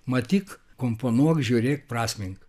matyk komponuok žiūrėk prasmink